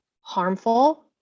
harmful